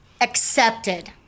accepted